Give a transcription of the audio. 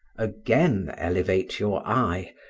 again elevate your eye,